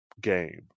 game